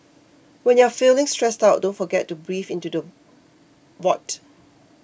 when you are feeling stressed out don't forget to breathe into the void